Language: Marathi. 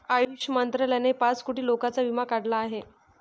आयुष मंत्रालयाने पाच कोटी लोकांचा विमा काढला आहे